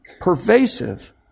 pervasive